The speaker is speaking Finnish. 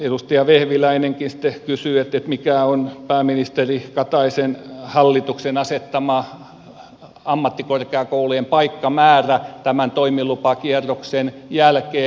edustaja vehviläinenkin sitten kysyi mikä on pääministeri kataisen hallituksen asettama ammattikorkeakoulujen paikkamäärä tämän toimilupakierroksen jälkeen